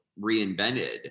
reinvented